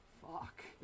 fuck